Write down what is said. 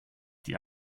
die